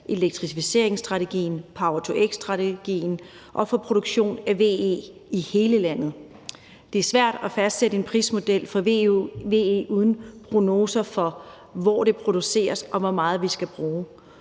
elektrificeringsstrategien, power-to-x-strategien – og at vi får produktion af VE i hele landet. Det er svært at fastsætte en prismodel for VE uden prognoser for, hvor der produceres, og hvor meget vi skal bruge.